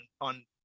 on